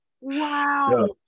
Wow